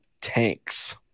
tanks